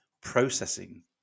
processing